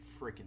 freaking